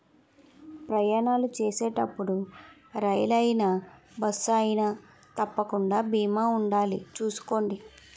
ప్రయాణాలు చేసేటప్పుడు రైలయినా, బస్సయినా తప్పకుండా బీమా ఉండాలి చూసుకోండి